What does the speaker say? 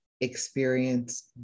experience